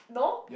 no